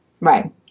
Right